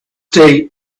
day